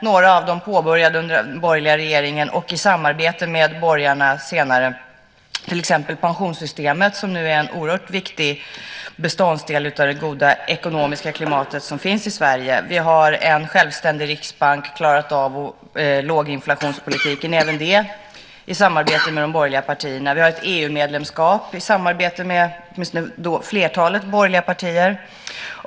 Några av dem påbörjades under den borgerliga regeringen, och en del har skett i samarbete med borgarna senare, till exempel pensionssystemet som nu är en oerhört viktig beståndsdel i det goda ekonomiska klimat som finns i Sverige. Vi har en självständig riksbank. Man har klarat av låginflationspolitiken, även det i samarbete med de borgerliga partierna. Vi har ett EU-medlemskap - det handlar om ett samarbete med åtminstone flertalet borgerliga partier.